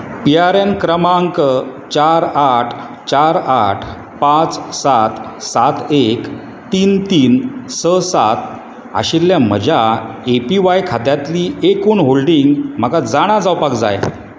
P R A N क्रमांक चार आठ चार आठ पांच सात सात एक तीन तीन स सात आशिल्ल्या म्हज्या ए पी वाय खात्यांतली एकुण होल्डिंग्स म्हाका जाणा जावपाक जाय